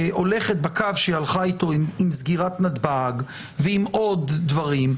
הולכת בקו שהיא הלכה איתו עם סגירת נתב"ג ועם עוד דברים,